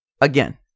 Again